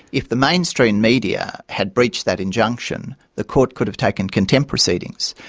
if the mainstream media had breached that injunction, the court could've taken contempt proceedings,